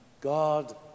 God